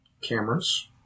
cameras